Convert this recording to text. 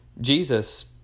Jesus